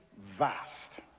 Vast